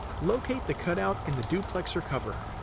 locate the cutout in the duplexer cover.